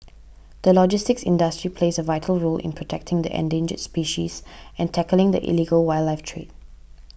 the logistics industry plays a vital role in protecting the endangered species and tackling the illegal wildlife trade